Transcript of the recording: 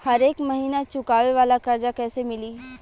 हरेक महिना चुकावे वाला कर्जा कैसे मिली?